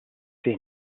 seen